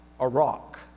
Iraq